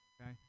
okay